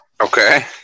Okay